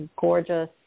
gorgeous